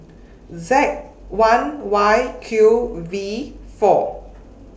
Z one Y Q V four